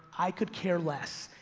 i could care less.